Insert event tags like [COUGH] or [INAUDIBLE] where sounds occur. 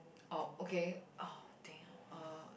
orh okay [NOISE] damn uh